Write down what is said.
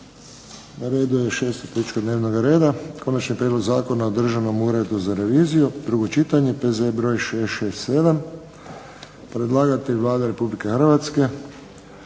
Na redu je šesta točka dnevnoga reda - Konačni prijedlog zakona o Državnom uredu za reviziju, drugo čitanje, P.Z.E. br. 667. Predlagatelj Vlada Republike Hrvatske.